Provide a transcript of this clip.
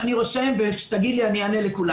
אני רושם וכאשר תגיד לי אענה לכולם.